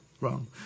wrong